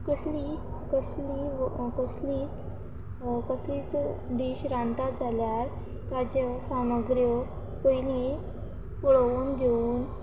कसली कसलीय कसलीच कसलीच डीश रांदता जाल्यार ताच्यो सामुग्र्यो पयलीं पळोवन घेवून